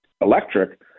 electric